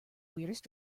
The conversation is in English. weirdest